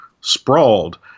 sprawled